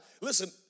listen